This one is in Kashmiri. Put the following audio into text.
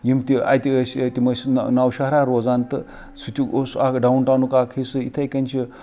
یِم تہِ اَتہِ ٲسۍ تِم ٲسۍ نَو شہرا روزان تہٕ سُہ تہِ اوس اَکھ ڈاوُن ٹاونُک اَکھ حِصہٕ یِتھٕے کٕنۍ چھُ